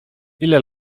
ile